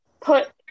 put